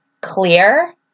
clear